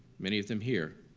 many of them here,